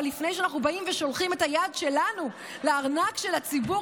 אבל לפני שאנחנו באים ושולחים את היד שלנו לארנק של הציבור,